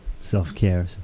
self-care